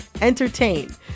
entertain